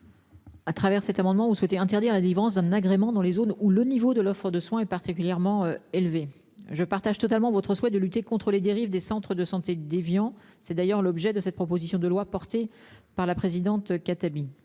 À travers cet amendement ou souhaitait interdire la délivrance d'un agrément dans les zones où le niveau de l'offre de soins est particulièrement élevé. Je partage totalement votre souhait de lutter contres les dérives des centres de santé d'Évian. C'est d'ailleurs l'objet de cette proposition de loi portée par la présidente Khatami